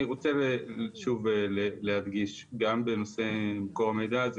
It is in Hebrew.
אני רוצה פשוט שוב להדגיש גם בנושא מקור המידע,